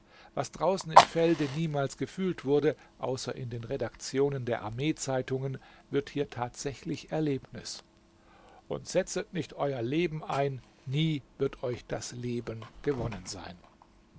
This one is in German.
was draußen im felde niemals gefühlt wurde außer in den redaktionen der armeezeitungen wird hier tatsächlich erlebnis und setzet ihr nicht euer leben ein nie wird euch das leben gewonnen sein